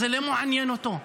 זה לא מעניין אותו.